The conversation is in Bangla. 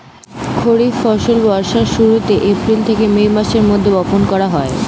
খরিফ ফসল বর্ষার শুরুতে, এপ্রিল থেকে মে মাসের মধ্যে বপন করা হয়